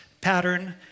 pattern